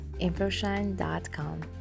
infoshine.com